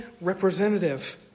representative